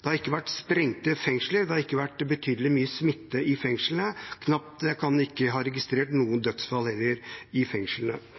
det har ikke vært sprengte fengsler, det har ikke vært betydelig mye smitte i fengslene, man har knapt registrert noen dødsfall i fengslene